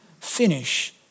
finish